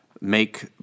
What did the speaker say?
make